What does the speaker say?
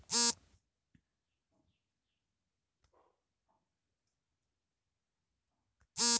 ಗೋಧಿ ಉತ್ತರಭಾರತದ ಬೆಳೆಯಾಗಿದ್ದು ಪಂಜಾಬ್ ರಾಜ್ಯ ಹೆಚ್ಚಿನ ಉತ್ಪಾದನೆಯನ್ನು ಮಾಡುತ್ತಿದೆ